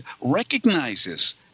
recognizes